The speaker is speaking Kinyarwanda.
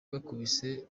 bakubise